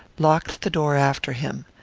locked the door after him.